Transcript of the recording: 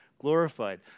glorified